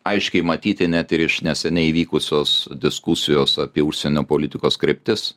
aiškiai matyti net ir iš neseniai įvykusios diskusijos apie užsienio politikos kryptis